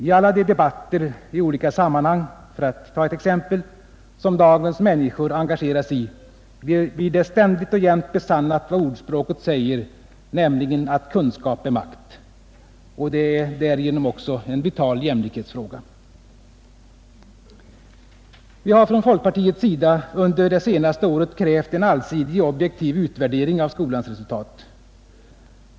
För att ta ett exempel: I alla de debatter i olika sammanhang som dagens människor engageras i blir det ständigt och jämt besannat vad ordspråket säger, nämligen att kunskap är makt. Det är därigenom också en vital jämlikhetsfråga. Vi har från folkpartiets sida under det senaste året krävt en allsidig, objektiv utvärdering av skolans resultat.